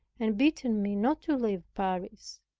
and bidden me not to leave paris.